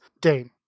Dane